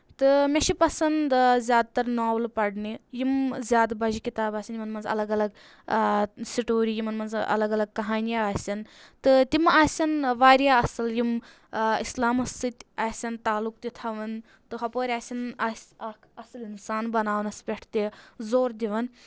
تہٕ مےٚ چھِ پَسنٛد زیادٕ تر ناولہٕ پَرنہِ یِم زیادٕ بَجہِ کِتاب آسن یِمَن منٛز الگ الگ سٹوری یِمَن منٛز الگ الگ کہانی آسَن تہٕ تِم آسَن واریاہ اَصٕل یِم اِسلامَس سۭتۍ آسَن تعلق تہِ تھاوان تہٕ ہُپٲرۍ آسَن آسہِ اَکھ اَصٕل اِنسان بَناونَس پؠٹھ تہِ زور دِوان